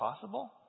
possible